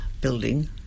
building